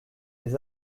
des